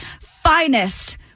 finest